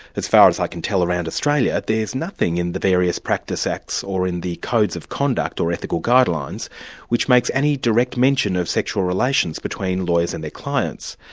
as far as i can tell, around australia there's nothing in the various practice acts or in the codes of conduct or ethical guidelines which makes any direction mention of sexual relations between lawyers and their clients.